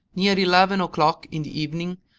near eleven o'clock in the evening,